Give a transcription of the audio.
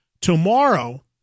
Tomorrow